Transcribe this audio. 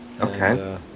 okay